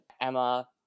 Emma